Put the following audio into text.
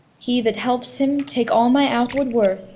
he that helps him take all my outward worth.